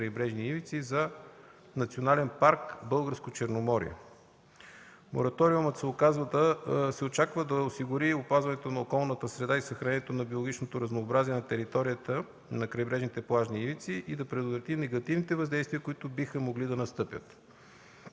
за Национален парк „Българско Черноморие”. Очаква се мораториумът да осигури опазването на околната среда и съхранението на биологичното разнообразие на територията на крайбрежните плажни ивици и да предотврати негативните въздействия, които биха могли да настъпят.